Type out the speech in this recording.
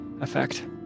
effect